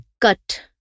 cut